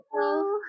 Hello